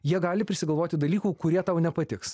jie gali prisigalvoti dalykų kurie tau nepatiks